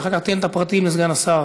שאחר כך תיתן את הפרטים לסגן השר,